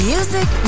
Music